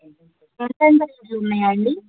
సరిపోయిన రేట్లు ఉన్నాయా అండి